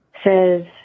Says